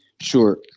sure